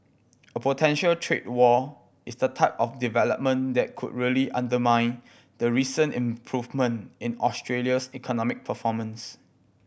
a potential trade war is the type of development that could really undermine the recent improvement in Australia's economic performance